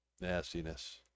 nastiness